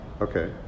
Okay